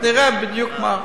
נראה בדיוק מה.